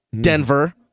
Denver